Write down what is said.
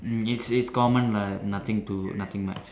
it's it's common lah nothing to nothing much